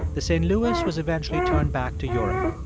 the st. louis was eventually turned back to europe.